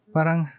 Parang